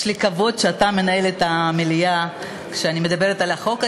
כבוד הוא לי שאתה מנהל את המליאה כשאני מדברת על החוק הזה,